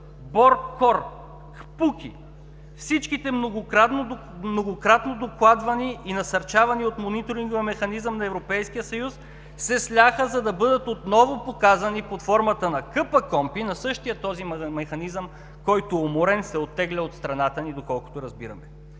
БОРКОР, КПУКИ – всичките многократно докладвани и насърчавани от мониторинговия механизъм на Европейския съюз, се сляха, за да бъдат отново показани под формата на КПКОНПИ на същия този механизъм, който уморен се оттегля от страната ни, доколкото разбираме.